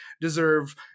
deserve